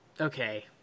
Okay